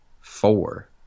four